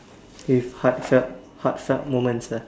if heart felt heart felt moments ah